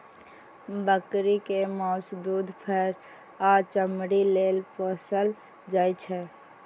बकरी कें माउस, दूध, फर आ चमड़ी लेल पोसल जाइ छै